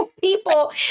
people